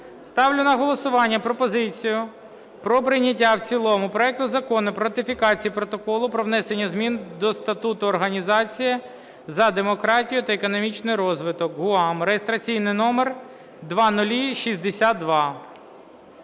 Ставлю на голосування пропозицію про прийняття в цілому проекту Закону про ратифікацію Протоколу про внесення змін до Статуту Організації за демократію та економічний розвиток – ГУАМ (реєстраційний номер 0062).